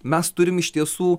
mes turim iš tiesų